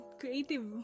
creative